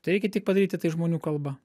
tereikia tik padaryti tai žmonių kalba